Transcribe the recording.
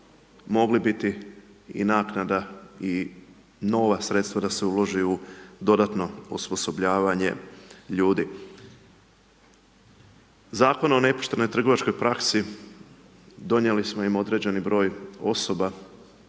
mogli biti i naknada i nova sredstva da se uloži u dodatno osposobljavanje ljudi. Zakon o nepoštenoj trgovačkoj praksi, donijeli smo im određeni br. osoba,